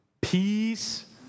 peace